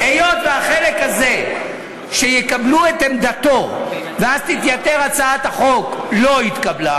היות שהחלק הזה שיקבלו את עמדתו ואז תתייתר הצעת החוק לא התקבל,